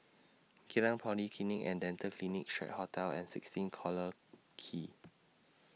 Geylang Polyclinic and Dental Clinic Strand Hotel and sixteen Collyer Quay